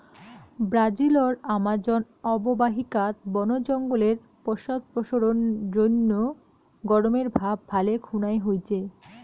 ব্রাজিলর আমাজন অববাহিকাত বন জঙ্গলের পশ্চাদপসরণ জইন্যে গরমের ভাব ভালে খুনায় হইচে